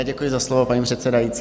Děkuji za slovo, paní předsedající.